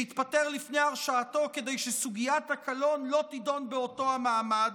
שהתפטר לפני הרשעתו כדי שסוגיית הקלון לא תידון באותו המעמד,